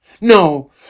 No